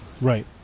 right